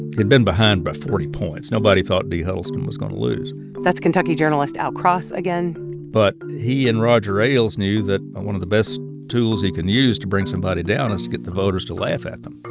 he'd been behind by forty points. nobody thought dee huddleston was going to lose that's kentucky journalist al cross again but he and roger ailes knew that one of the best tools he can use to bring somebody down is to get the voters to laugh at them.